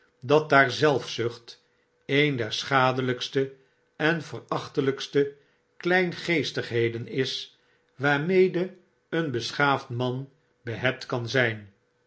dat daar zelfzucht een der schadelijkste en verachtelpste kleingeestigheden is waarmede een beschaafd man behept kan zyn